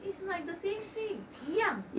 it's like the same thing 一样